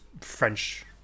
French